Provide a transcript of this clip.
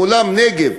באולם "נגב",